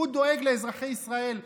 הוא דואג לאזרחי ישראל.